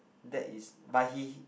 that is but he he